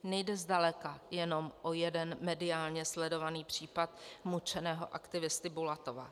Nejde zdaleka jenom o jeden mediálně sledovaný případ mučeného aktivisty Bulatova.